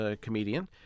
comedian